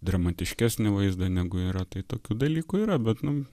dramatiškesnį vaizdą negu yra tai tokių dalykų yra bet nu